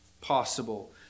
possible